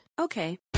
Okay